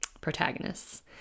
protagonists